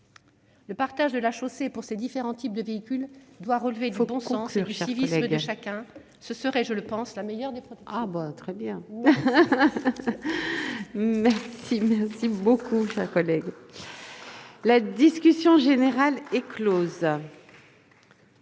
Le partage de la chaussée par ces différents types de véhicules doit relever du bon sens et du civisme de chacun. Ce serait, je pense, la meilleure des protections.